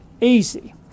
easy